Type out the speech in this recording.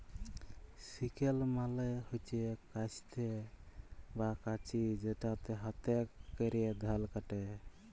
sickle মালে হচ্যে কাস্তে বা কাঁচি যেটাতে হাতে ক্যরে ধাল কাটে